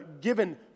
given